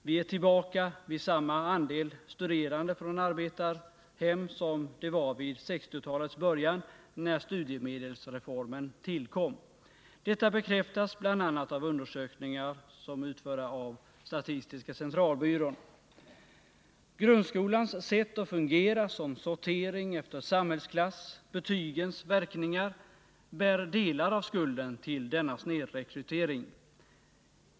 Vi är tillbaka vid samma andel studerande från arbetarhem som vid 1960-talets början, när studiemedelsreformen tillkom. Detta bekräftas bl.a. av undersökningar utförda av statistiska centralbyrån. Grundskolans sätt att fungera — en sortering efter samhällsklass — och betygens verkningar bär delvis skulden för denna snedrekrytering.